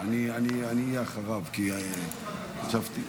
ההצעה הראשונה היא בנושא: הקטל בכבישים: